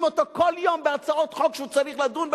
אותו כל יום בהצעות חוק שהוא צריך לדון בהן,